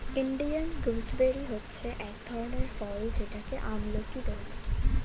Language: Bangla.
ইন্ডিয়ান গুজবেরি হচ্ছে এক ধরনের ফল যেটাকে আমলকি বলে